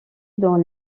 dans